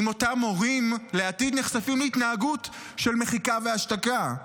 אם אותם מורים לעתיד נחשפים להתנהגות של מחיקה והשתקה?